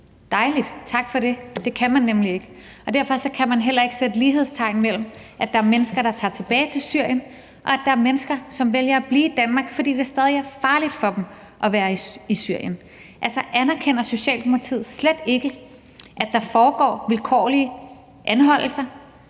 Dejligt, tak for det, for det kan man nemlig ikke, og derfor kan man heller ikke sætte lighedstegn mellem, at der er mennesker, der tager tilbage til Syrien, og at der er mennesker, som vælger at blive at blive i Danmark, fordi det stadig er farligt for dem at være i Syrien. Altså, anerkender Socialdemokratiet slet ikke, at der foregår vilkårlige anholdelser;